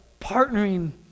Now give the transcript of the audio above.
partnering